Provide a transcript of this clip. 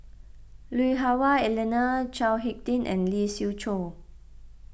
Lui Hah Wah Elena Chao Hick Tin and Lee Siew Choh